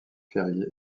férié